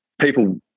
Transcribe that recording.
People